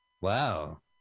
Wow